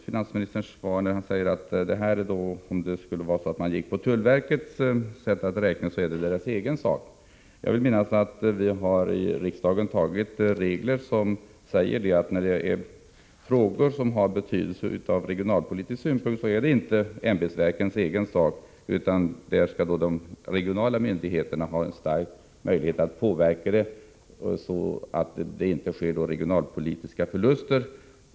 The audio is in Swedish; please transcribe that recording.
Finansministern säger i sitt svar att det är tullverkets egen sak hur man räknar här, men jag vill då göra den kommentaren att riksdagen, om jag inte minns fel, har antagit regler som säger att när en fråga har betydelse från regionalpolitisk synpunkt är det inte ämbetsverkens egen sak att fatta avgörande. De regionala myndigheterna skall då ha stor möjlighet att påverka beslutet, så att man inte lider regionalpolitiska förluster.